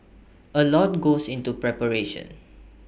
A lot goes into preparation